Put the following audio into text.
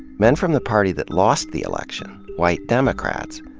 men from the party that lost the election, white democrats,